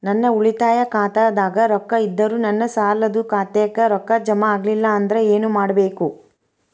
ನನ್ನ ಉಳಿತಾಯ ಖಾತಾದಾಗ ರೊಕ್ಕ ಇದ್ದರೂ ನನ್ನ ಸಾಲದು ಖಾತೆಕ್ಕ ರೊಕ್ಕ ಜಮ ಆಗ್ಲಿಲ್ಲ ಅಂದ್ರ ಏನು ಮಾಡಬೇಕು?